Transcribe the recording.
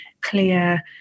clear